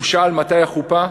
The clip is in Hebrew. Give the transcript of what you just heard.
והוא שאל: מתי החופה?